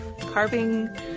carving